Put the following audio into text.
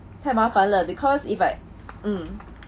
太麻烦了 because if I am mm